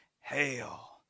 Hail